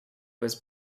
was